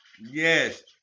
Yes